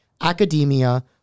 academia